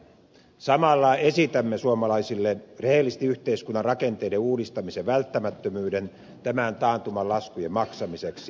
samalla esitämme suomalaisille rehellisesti yhteiskunnan rakenteiden uudistamisen välttämättömyyden tämän taantuman laskujen maksamiseksi